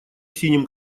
синим